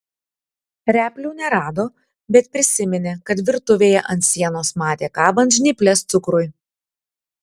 replių nerado bet prisiminė kad virtuvėje ant sienos matė kabant žnyples cukrui